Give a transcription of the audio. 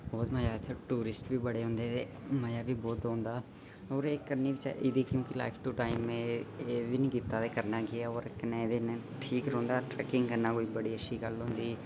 बहुत मजा इत्थै और टूरिस्ट बी बड़े होंदे ते मजा बी बहुत होंदा और करनी बी चाहिदी इ'दी क्योंकि लाईफ टाईम एह बी नेई कीता ते करना केह् ऐ एह्दे ने ठीक रौंह्दा ट्रैकिंग करना बड़ी अच्छी गल्ल होंदी